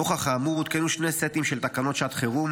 נוכח האמור, הותקנו שני סטים של תקנות שעת חירום